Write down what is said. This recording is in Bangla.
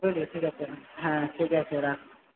ঠিক আছে হ্যাঁ ঠিক আছে রাখ